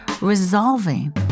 resolving